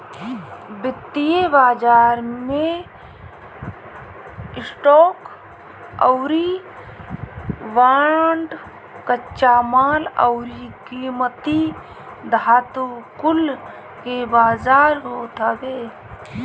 वित्तीय बाजार मे स्टॉक अउरी बांड, कच्चा माल अउरी कीमती धातु कुल के बाजार होत हवे